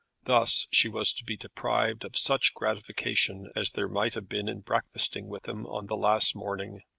thus she was to be deprived of such gratification as there might have been in breakfasting with him on the last morning!